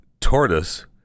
tortoise